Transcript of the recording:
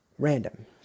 Random